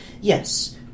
yes